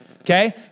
okay